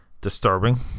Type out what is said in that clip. Disturbing